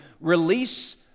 release